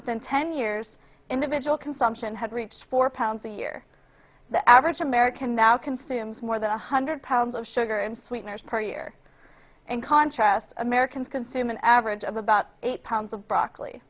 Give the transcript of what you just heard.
within ten years individual consumption had reached four pounds a year the average american now consumes more than one hundred pounds of sugar and sweeteners per year in contrast americans consume an average of about eight pounds of broccoli